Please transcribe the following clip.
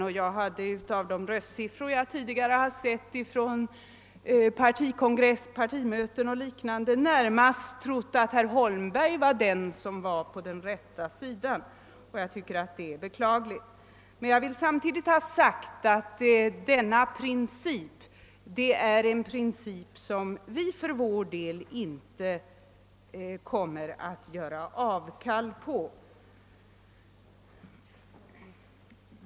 På grund av röstsiffror som jag tidigare sett från partimöten och liknande trodde jag närmast att herr Holmberg stod på den rätta sidan, men det gör han tydligen inte, och detta anser jag vara beklagligt. Jag vill emellertid samtidigt säga att vi för vår del inte kommer att ge avkall på denna princip.